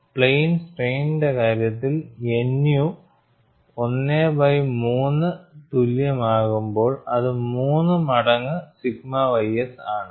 plain സ്ട്രെയിൻന്റെ കാര്യത്തിൽ nu 1 by 3 വരെ തുല്യമാകുമ്പോൾ അത് 3 മടങ്ങ് സിഗ്മ ys ആണ്